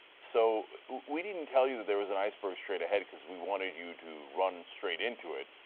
so we didn't tell you there was an iceberg straightahead because we wanted you to run straight into it.